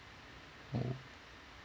oh